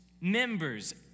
members